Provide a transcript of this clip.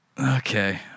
Okay